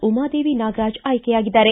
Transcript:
Umadevi Nagaraj ಆಯ್ಲೆಯಾಗಿದ್ದಾರೆ